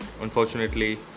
unfortunately